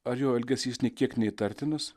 ar jo elgesys nė kiek neįtartinus